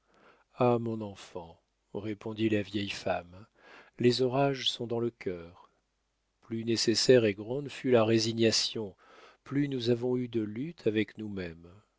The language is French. ah mon enfant répondit la vieille femme les orages sont dans le cœur plus nécessaire et grande fut la résignation plus nous avons eu de luttes avec nous-mêmes